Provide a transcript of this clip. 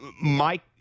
Mike